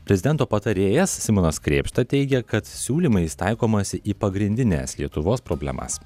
prezidento patarėjas simonas krėpšta teigia kad siūlymais taikomasi į pagrindines lietuvos problemas